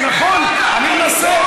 נכון, אני מנסה.